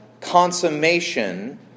consummation